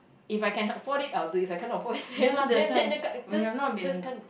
if I can afford it I'll do if I can't afford it then then then can't just just can't